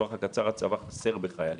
בטווח הקצר הצבא חסר בחיילים.